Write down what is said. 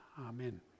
Amen